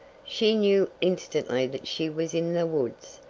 she knew instantly that she was in the woods.